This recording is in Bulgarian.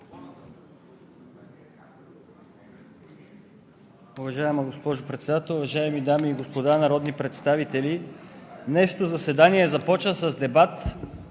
Днешното заседание започна с дебат: